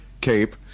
cape